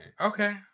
okay